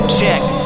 Check